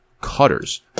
cutters